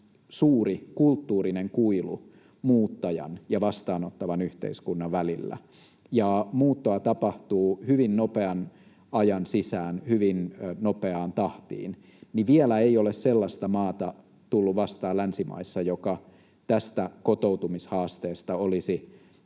suuri kulttuurinen kuilu muuttajan ja vastaanottavan yhteiskunnan välillä ja muuttoa tapahtuu hyvin nopean ajan sisään hyvin nopeaan tahtiin, niin vielä ei ole sellaista maata tullut vastaan länsimaissa, joka tästä kotoutumishaasteesta olisi